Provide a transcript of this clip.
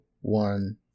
one